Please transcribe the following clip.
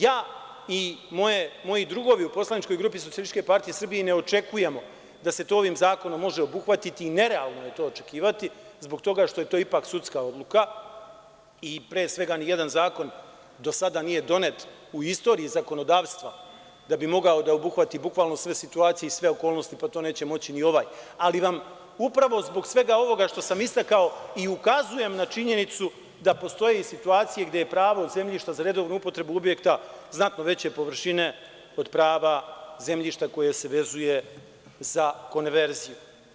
Ja i moji drugovi u poslaničkoj grupi SPS ne očekujemo da se to ovim zakonom može obuhvatiti i nerealno je to očekivati zbog toga što je to ipak sudska odluka i pre svega ni jedan zakon do sada nije donet u istoriji zakonodavstva da bi mogao da obuhvati bukvalno sve situacije i sve okolnosti, pa to neće moći ni ovaj, ali vam upravo zbog svega ovoga što sam istakao i ukazujem na činjenicu da postoji situacija gde je pravo zemljišta za redovnu upotrebu objekta znatno veće površine od prava zemljišta koje se vezuje za konverziju.